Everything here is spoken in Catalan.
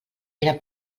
era